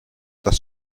dass